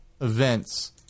events